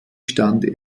stand